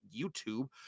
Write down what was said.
YouTube